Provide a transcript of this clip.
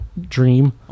dream